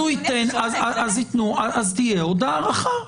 אז תהיה עוד הארכה.